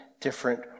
different